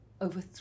over